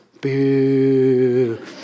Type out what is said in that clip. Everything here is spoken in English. Boo